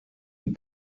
from